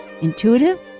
Intuitive